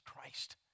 Christ